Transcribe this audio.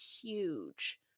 huge